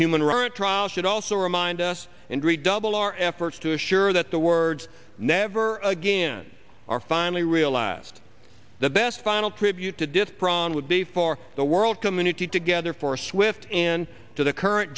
right trial should also remind us in redouble our efforts to assure that the words never again are finally realized the best final tribute to did pran would be for the world community together for a swift end to the current